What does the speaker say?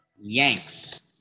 Yanks